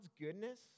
goodness